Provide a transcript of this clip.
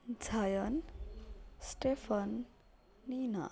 zion stephen nina